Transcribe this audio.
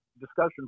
discussion